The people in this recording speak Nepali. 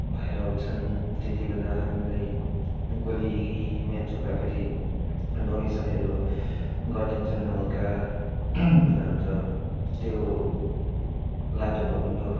भएर आउँछन् त्यति बेला हामीलाई गोली म्याच हुँदा फेरि डोनेसनहरू गरिदिन्छन् हल्का अन्त त्यो लाते भकुन्डो